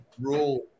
Rule